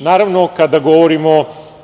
Naravno, kada govorimo